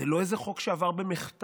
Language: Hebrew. זה לא איזה חוק שעבר במחטף,